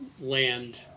land